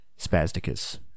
Spasticus